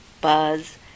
buzz